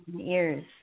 ears